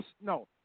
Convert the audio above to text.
no